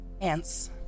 Ants